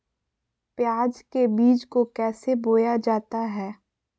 प्याज के बीज को कैसे बोया जाता है?